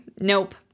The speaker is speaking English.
nope